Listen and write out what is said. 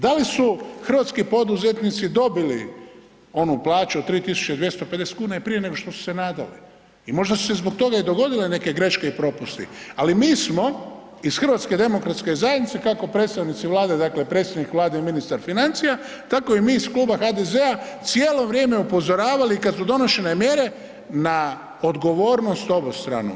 Da li su hrvatski poduzetnici dobili onu plaću 3.250 kuna i prije nego što su se nadali i možda su se zbog toga i dogodile neke greške i propusti, ali mi smo iz HDZ-a kako predstavnici Vlade dakle predsjednik Vlade i ministar financija tako i mi iz kluba HDZ-a cijelo vrijeme upozoravali kada su donošene mjere na odgovornost obostranu.